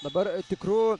dabar tikru